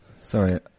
sorry